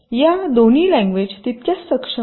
या दोन्ही लँग्वेज तितक्याच सक्षम आहेत